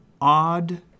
odd